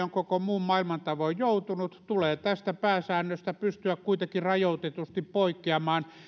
on koko muun maailman tavoin joutunut tulee tästä pääsäännöstä pystyä kuitenkin rajoitetusti poikkeamaan